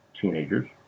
teenagers